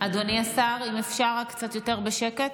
אדוני השר, אם אפשר רק קצת יותר בשקט.